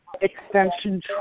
extension